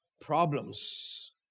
problems